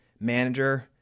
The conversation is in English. manager